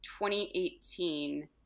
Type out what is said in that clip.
2018